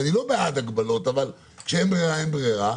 אני לא בעד הגבלות, אבל כשאין ברירה אז אין ברירה,